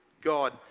God